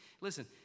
listen